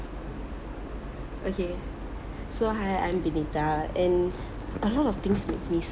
okay so hi I am vinita and a lot of things make me